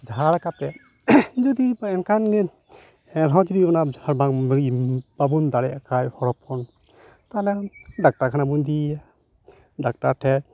ᱡᱷᱟᱲ ᱠᱟᱛᱮ ᱡᱩᱫᱤ ᱮᱱᱠᱷᱟᱱ ᱤᱭᱟᱹ ᱮᱱᱦᱚᱸ ᱡᱩᱫᱤ ᱚᱱᱟ ᱡᱷᱟᱲ ᱵᱟᱵᱚᱱ ᱫᱟᱲᱮᱭᱟᱜ ᱠᱷᱟᱡ ᱦᱚᱲ ᱦᱚᱯᱚᱱ ᱛᱟᱞᱚᱦᱮ ᱰᱟᱠᱛᱟᱨ ᱠᱷᱟᱱᱟ ᱵᱚᱱ ᱤᱫᱤᱭᱮᱭᱟ ᱰᱟᱠᱛᱟᱨ ᱴᱷᱮᱡ